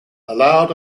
allowed